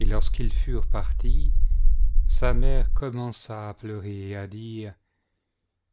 et lorsqu'ils furent partis sa mère commença à pleurer et à dire